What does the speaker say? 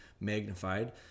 Magnified